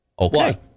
Okay